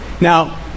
Now